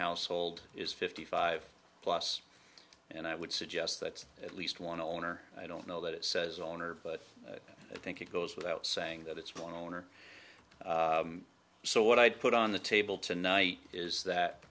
household is fifty five plus and i would suggest that's at least one owner i don't know that it says owner but i think it goes without saying that it's one owner so what i'd put on the table tonight is